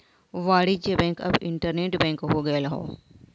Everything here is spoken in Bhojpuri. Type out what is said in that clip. वाणिज्य बैंक अब इन्टरनेट बैंक हो गयल हौ